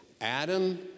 Adam